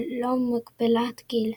ללא מגבלת גיל.